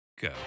Go